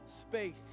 space